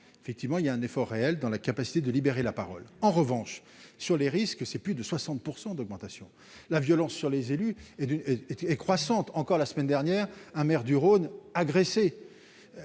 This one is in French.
effectivement, il y a un effort réel dans la capacité de libérer la parole en revanche sur les risques, c'est plus de 60 % d'augmentation, la violence sur les élus et et croissante, encore la semaine dernière un maire du Rhône,